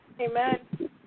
Amen